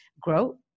grow